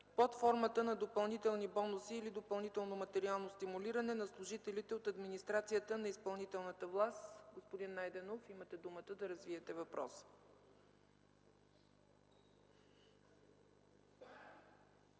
под формата на допълнителни бонуси или допълнително материално стимулиране на служителите от администрацията на изпълнителната власт. Господин Найденов, имате думата да развиете въпроса.